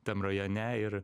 tam rajone ir